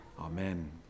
Amen